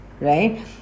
right